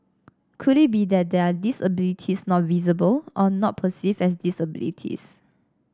could it be that there are disabilities not visible or not perceived as disabilities